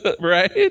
Right